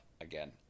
Again